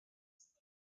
the